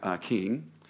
king